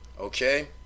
Okay